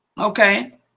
Okay